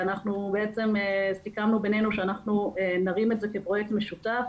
ואנחנו בעצם סיכמנו בינינו שאנחנו נרים את זה כפרויקט נוסף.